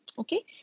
Okay